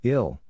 Ill